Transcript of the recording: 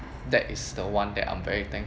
that is the one that I'm very thankful